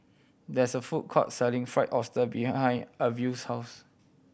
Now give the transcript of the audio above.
there is a food court selling Fried Oyster behind Arvil's house